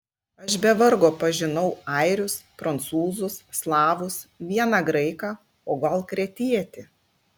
aš be vargo pažinau airius prancūzus slavus vieną graiką o gal kretietį